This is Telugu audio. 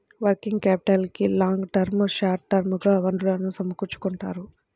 వర్కింగ్ క్యాపిటల్కి లాంగ్ టర్మ్, షార్ట్ టర్మ్ గా వనరులను సమకూర్చుకుంటారు